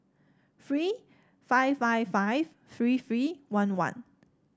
three five five five three three one one